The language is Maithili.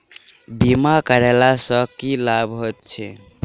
बीमा करैला सअ की लाभ होइत छी?